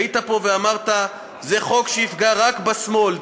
היית פה ואמרת: זה חוק שיפגע רק בשמאל.